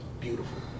beautiful